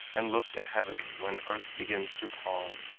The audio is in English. and look to heaven when earth begins to pall.